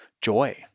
joy